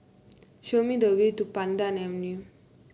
show me the way to Pandan Avenue